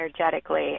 energetically